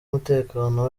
umutekano